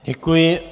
Děkuji.